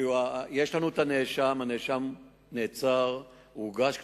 יש לנו נאשם, הנאשם נעצר, הוגש כתב-אישום.